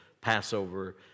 Passover